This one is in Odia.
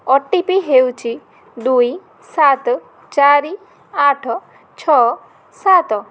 ଓ ଟି ପି ହେଉଛି ଦୁଇ ସାତ ଚାରି ଆଠ ଛଅ ସାତ